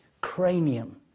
cranium